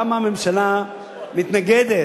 למה הממשלה מתנגדת